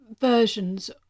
versions